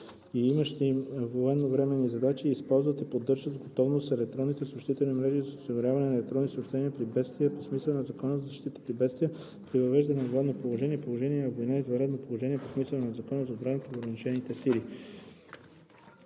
и имащи военновременни задачи, използват и поддържат в готовност електронните съобщителни мрежи за осигуряване на електронни съобщения при бедствия по смисъла на Закона за защита при бедствия, при въвеждане на военно положение, положение на война или извънредно положение по смисъла на Закона за отбраната и въоръжените сили